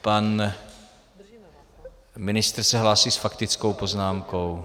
Pan ministr se hlásí s faktickou poznámkou.